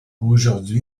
aujourd’hui